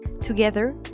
Together